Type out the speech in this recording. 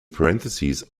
parentheses